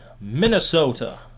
Minnesota